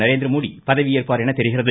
நரேந்திரமோடி பதவியேற்பார் எனத் தெரிகிறது